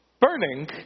burning